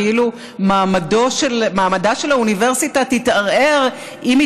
כאילו מעמדה של האוניברסיטה יתערער אם היא